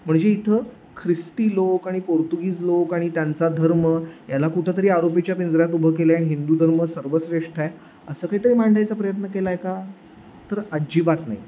म्हणजे इथं ख्रिस्ती लोक आणि पोर्तुगीज लोक आणि त्यांचा धर्म ह्याला कुठं तरी आरोपीच्या पिंजऱ्यात उभं केलं आहे आणि हिंदू धर्म सर्वश्रेष्ठ आहे असं काही तरी मांडायचा प्रयत्न केला आहे का तर अजिबात नाही